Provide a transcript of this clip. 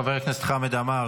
חבר הכנסת חמד עמאר,